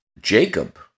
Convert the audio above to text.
Jacob